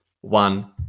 one